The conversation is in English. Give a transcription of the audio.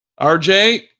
RJ